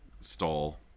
stall